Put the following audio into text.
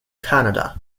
canada